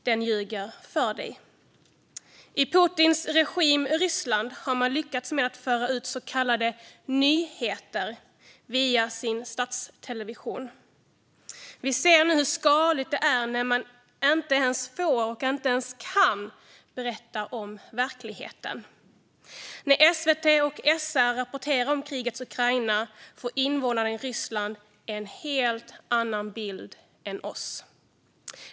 Här ljuger man för er." I Putinregimens Ryssland har man lyckats med att föra ut så kallade "nyheter" via sin statstelevision. Vi ser nu hur skadligt det är när man inte får och inte ens kan berätta om verkligheten. När SVT och SR rapporterar om krigets Ukraina får invånarna i Ryssland en helt annan bild än vad vi får.